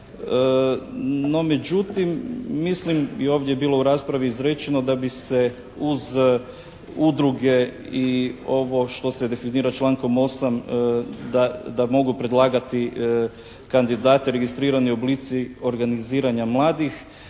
No međutim, mislim, i ovdje je bilo u raspravi izrečeno da bi se uz udruge i ovo što se definira člankom 8. da mogu predlagati kandidate registrirani oblici organiziranja mladih,